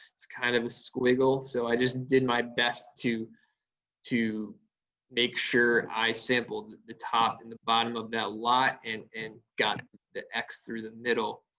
it's kind of a squiggle. so i just did my best to to make sure i sampled the top and the bottom of that lot and and got the x through the middle.